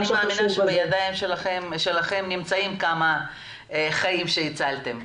אני מאמינה שבידיים שלכם נמצאים כמה חיים שהצלתם.